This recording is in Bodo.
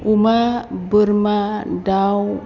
अमा बोरमा दाउ